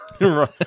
right